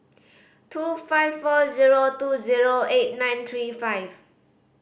two five four zero two zero eight nine three five